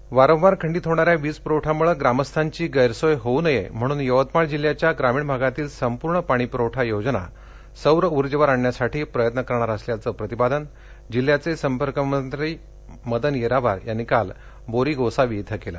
यवतमाळ वारंवार खंडित होणाऱ्या वीज प्रवठयामुळे ग्रामस्थांची गैरसोय होऊ नये म्हणून यवतमाळ जिल्ह्याच्या ग्रामीण भागातील संपूर्ण पाणीपूरवठा योजना सौर उर्जेवर आणण्यासाठी प्रयत्न करणार असल्याचं प्रतिपादन जिल्ह्याचे संपर्क मंत्री मदन येरावार यांनी काल बोरी गोसावी इथं केलं